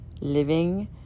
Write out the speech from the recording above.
Living